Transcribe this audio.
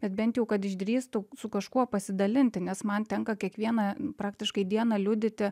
bet bent jau kad išdrįstų su kažkuo pasidalinti nes man tenka kiekvieną praktiškai dieną liudyti